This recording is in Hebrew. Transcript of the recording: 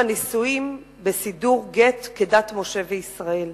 הנישואים בסידור גט כדת משה וישראל.